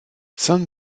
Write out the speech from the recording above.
sainte